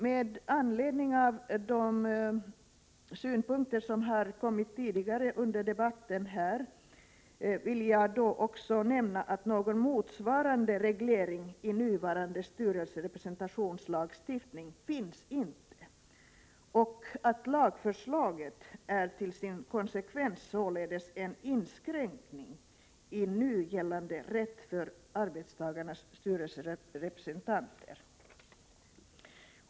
Med anledning av de synpunkter som har kommit fram tidigare under debatten vill jag också nämna att någon motsvarande reglering i nuvarande styrelserepresentationslagstiftning inte finns och att lagförslaget till sin konsekvens således innebär en inskränkning i nu gällande rätt för arbetstagarnas styrelserepresentanter.